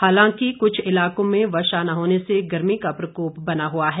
हालांकि कुछ इलाकों में वर्षा न होने से गर्मी का प्रकोप बना हुआ है